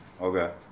Okay